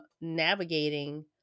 navigating